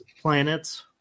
planets